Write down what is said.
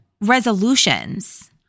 resolutions